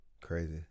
Crazy